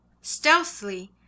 stealthily